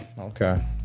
okay